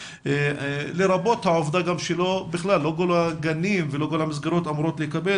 לרבות העובדה שלא כל המסגרות אמורות לקבל,